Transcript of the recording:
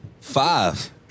Five